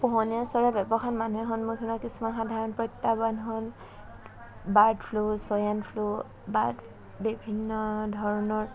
পোহনীয়া চৰাইৰ ব্যৱসায়ত মানুহে সন্মুখীন হোৱা কিছুমান সাধাৰণ প্ৰত্যাহ্বান হ'ল বাৰ্ড ফ্লু চোৱাইন ফ্লু বা বিভিন্ন ধৰণৰ